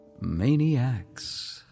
maniacs